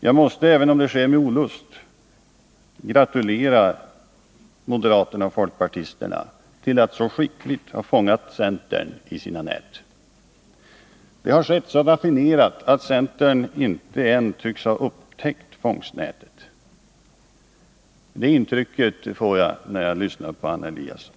Jag måste, även om det sker med olust, gratulera moderaterna och folkpartisterna till att så skickligt ha fångat cd centern i sina nät. Det har skett så raffinerat att centern inte ens tycks ha upptäckt fångstnätet. Det intrycket får jag, när jag lyssnar på Anna Eliasson.